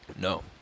No